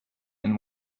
and